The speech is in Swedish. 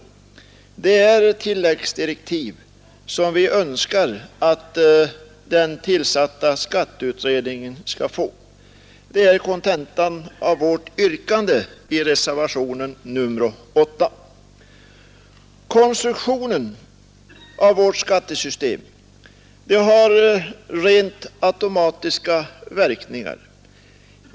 Det är tilläggsdirektiv som vi önskar att den tillsatta skatteutredningen skall få. Detta är kontentan av vårt yrkande i reservationen 8. Konstruktionen av vårt skattesystem har en del rent automatiska verkningar.